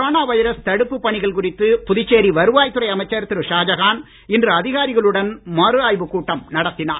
corona virus தடுப்பு பணிகள் குறித்து புதுச்சேரி வருவாய் துறை அமைச்சர் திரு ஷாஜகான் இன்று அதிகாரிகளுடன் மறு ஆய்வுக் கூட்டம் நடத்தினார்